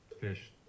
fish